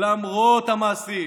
למרות המעשים,